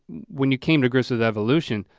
when you came to grips with evolution,